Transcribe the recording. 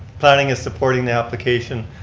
planning is supporting the application.